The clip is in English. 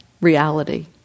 reality